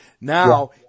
Now